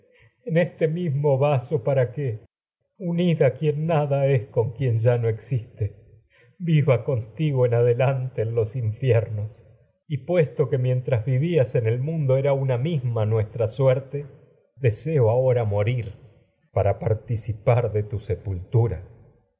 en este mismo vaso para que unida quien en nada con quien ya no infiernos y existe viva contigo ade lante en los puesto que nuestra mientras vivías en deseo ahora el mundo era una misma suerte morir para participar de tu sepultura